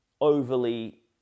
overly